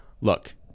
look